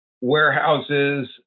warehouses